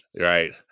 Right